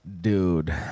Dude